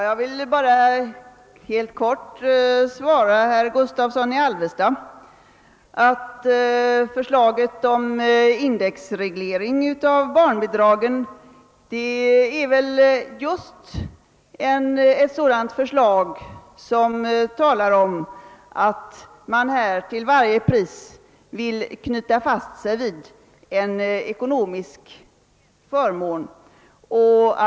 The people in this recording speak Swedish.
Jag vill bara helt kort svara herr Gustavsson i Alvesta, att förslaget om indexreglering av barnbidragen visar att man till varje pris vill hålla fast vid en ekonomisk förmån.